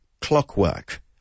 clockwork